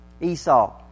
Esau